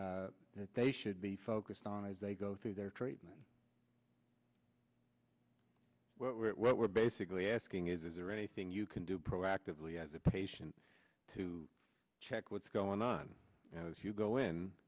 that they should be focused on as they go through their treatment what we're basically asking is is there anything you can do proactively as a patient to check what's going on if you go in